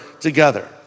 together